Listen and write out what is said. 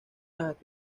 las